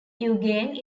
eugene